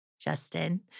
Justin